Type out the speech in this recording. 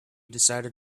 decided